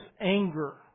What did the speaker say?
anger